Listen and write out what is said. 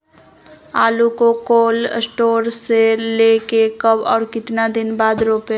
आलु को cold store से ले के कब और कितना दिन बाद रोपे?